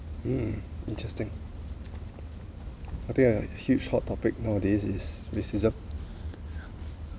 mm interesting I think a huge hot topic nowadays is racism